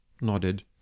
nodded